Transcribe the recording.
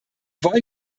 wollen